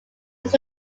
his